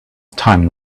time